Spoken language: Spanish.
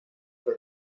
fue